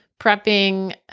prepping